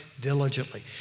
diligently